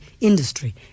industry